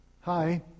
hi